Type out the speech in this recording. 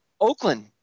Oakland